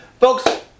Folks